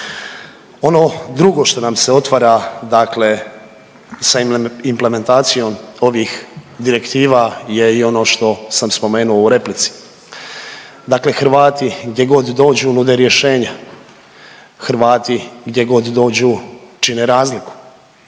Ono drugo što nam se otvara dakle sa implementacijom ovih direktiva je i ono što sam spomenuo u replici, dakle Hrvati gdje god dođu nude rješenja, Hrvati gdje god dođu čine razliku